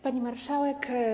Pani Marszałek!